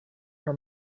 her